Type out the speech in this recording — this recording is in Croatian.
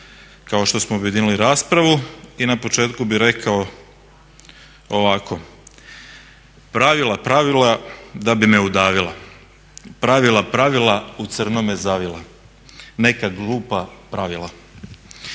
kao što smo objedinili raspravu i na početku bih rekao ovako. Pravila, pravila, da bi me udavila. Pravila, pravila, u crno me zavila. Neka glupa pravila.